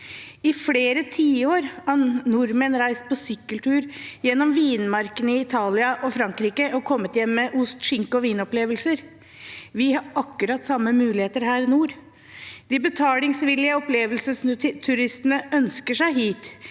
I flere tiår har nordmenn reist på sykkeltur gjennom vinmarkene i Italia og Frankrike og kommet hjem med ost, skinke og vinopplevelser. Vi har akkurat samme muligheter her nord. De betalingsvillige opplevelsesturistene ønsker seg hit,